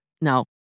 No